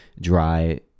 dry